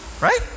Right